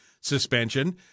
suspension